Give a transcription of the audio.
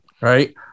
right